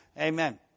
Amen